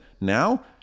Now